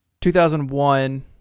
2001